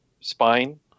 spine